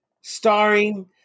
starring